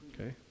Okay